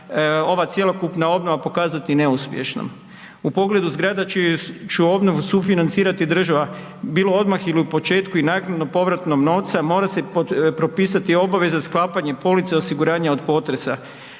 ova cjelokupna obnova pokazati neuspješnom. U pogledu zgrada čiju će obnovu sufinancirati država bilo odmah ili u početku i naknadno povratnog novca mora se propisati obaveza sklapanja police osiguranja od potresa